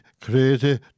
crazy